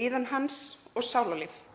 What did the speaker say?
líðan hans og sálarlíf.